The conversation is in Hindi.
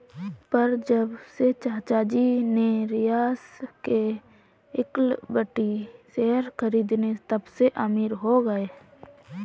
पर जब से चाचा जी ने रिलायंस के इक्विटी शेयर खरीदें तबसे अमीर हो गए